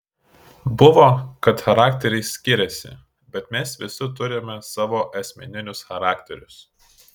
buvo kad charakteriai skiriasi bet mes visi turime savo asmeninius charakterius